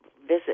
visit